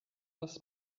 das